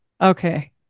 Okay